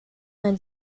vingt